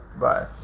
Bye